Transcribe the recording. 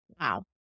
Wow